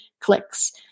clicks